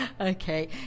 Okay